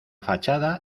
fachada